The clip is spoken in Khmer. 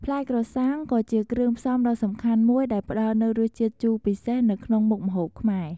ផ្លែក្រសាំងក៏ជាគ្រឿងផ្សំដ៏សំខាន់មួយដែលផ្តល់នូវរសជាតិជូរពិសេសនៅក្នុងមុខម្ហូបខ្មែរ។